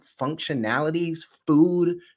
functionalities—food